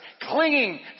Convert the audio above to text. clinging